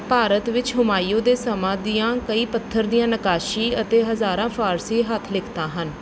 ਭਾਰਤ ਵਿੱਚ ਹੁਮਾਯੂੰ ਦੇ ਸਮੇਂ ਦੀਆਂ ਕਈ ਪੱਥਰ ਦੀਆਂ ਨਕਾਸ਼ੀ ਅਤੇ ਹਜ਼ਾਰਾਂ ਫ਼ਾਰਸੀ ਹੱਥ ਲਿਖਤਾਂ ਹਨ